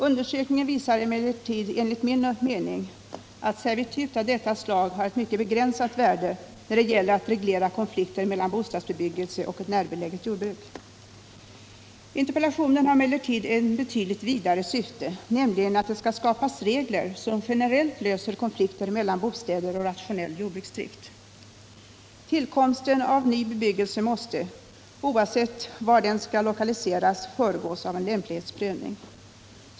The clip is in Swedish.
Undersökningen visar enligt min mening att servitut av detta slag har ett mycket begränsat värde när det gäller att reglera konflikter mellan bostadsbebyggelse och ett närbeläget jordbruk. Interpellationen har emellertid ett betydligt vidare syfte, nämligen att det skall skapas regler som generellt löser konflikter mellan bostäder och rationell jordbruksdrift. Tillkomsten av ny bebyggelse måste, oavsett var den skall lokaliseras, föregås av en lämplighetsprövning.